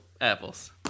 Apples